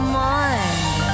mind